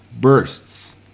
bursts